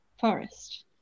forest